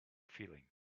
feeling